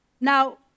Now